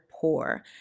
poor